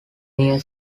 near